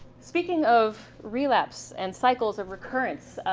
speaking of relapse and cycles of recurrence,